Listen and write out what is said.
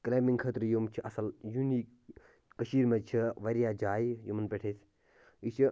climbing خٲطرٕ یِم چھِ اصٕل یونیٖک کٔشیٖرِ منٛز چھِ واریاہ جایہِ یِمَن پٮ۪ٹھ أسۍ یہِ چھِ